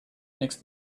next